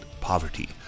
poverty